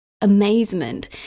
amazement